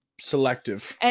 selective